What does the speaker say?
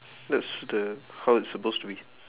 that's the how it's supposed to be